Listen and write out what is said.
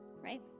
right